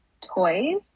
toys